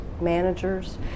managers